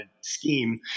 scheme